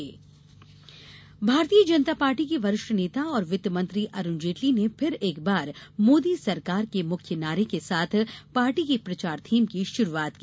भाजपा प्रचार theme Bharatiya Janata Party के वरिष्ठ नेता और वित्तमंत्री अरूण जेटली ने फिर एक बार मोदी सरकार के मुख्य नारे के साथ पार्टी की प्रचार थीम की शुरूआत की